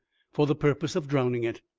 for the purpose of drowning it.